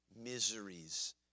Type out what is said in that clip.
miseries